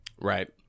right